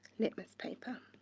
litmus paper.